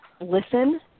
listen